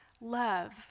Love